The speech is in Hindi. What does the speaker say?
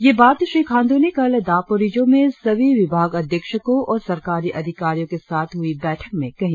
ये बात श्री खांडू ने कल दापोरिजों में सभी विभागाध्याक्षको और सरकारी अधिकारियों के साथ हुई बैठक में कही